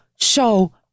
show